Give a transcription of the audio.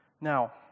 Now